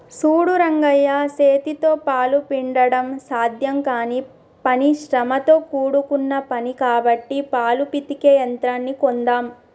సూడు రంగయ్య సేతితో పాలు పిండడం సాధ్యం కానీ పని శ్రమతో కూడుకున్న పని కాబట్టి పాలు పితికే యంత్రాన్ని కొందామ్